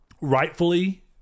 rightfully